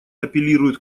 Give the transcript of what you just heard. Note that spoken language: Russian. апеллируют